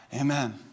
amen